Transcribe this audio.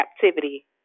captivity